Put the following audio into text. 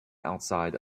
outside